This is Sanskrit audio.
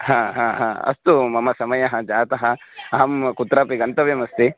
हा हा हा अस्तु मम समयः जातः अहं कुत्रापि गन्तव्यमस्ति